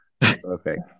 perfect